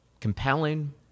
compelling